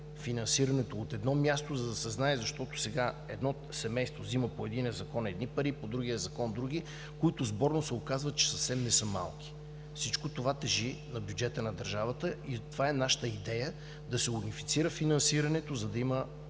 финансирането от едно място, за да се знае, защото сега едното семейство взема по един закон едни пари, по другия закон – други, които сборно се оказват, че съвсем не са малко. Всичко това тежи на бюджета на държавата и това е нашата идея – да се унифицира финансирането, за да има